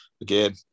again